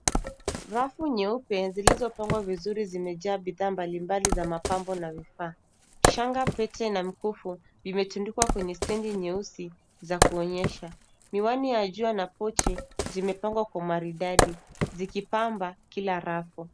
Rafu nyeupe zilizopangwa vizuri zimejaa bidhaa mbalimbali za mapambo na vifaa. Shanga, pete, na mkufu, vimetundikwa kwenye stendi nyeusi, za kuonyesha. Miwani ya jua na pochi, zimepangwa kwa umaridadi zikipamba kila rafu.